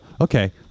okay